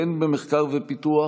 הן במחקר ופיתוח